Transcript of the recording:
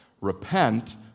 Repent